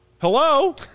Hello